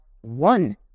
one